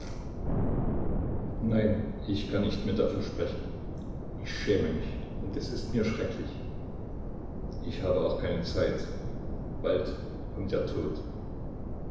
nein ich kann nicht mehr davon sprechen ich schäme mich und es ist mir schrecklich ich habe auch keine zeit bald kommt der tod